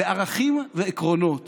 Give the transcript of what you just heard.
בערכים ועקרונות